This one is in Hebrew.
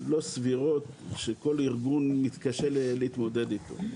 לא סבירות שכל ארגון מתקשה להתמודד איתו.